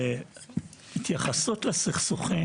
התייחסות לסכסוכים,